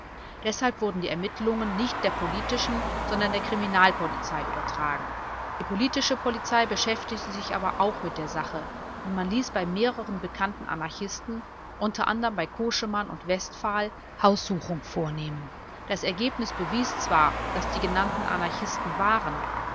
deshalb wurden die ermittelungen nicht der politischen sondern der kriminalpolizei übertragen die politische polizei beschäftigte sich aber auch mit der sache und man ließ bei mehreren bekannten anarchisten unter anderem bei koschemann und westphal haussuchung vornehmen das ergebnis bewies zwar daß die genannten anarchisten waren